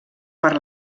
per